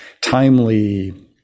timely